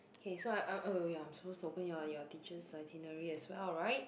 K so I'm I'm oh ya I'm suppose to open your your teacher's itinerary as well [right]